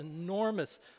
enormous